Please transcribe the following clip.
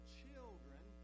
children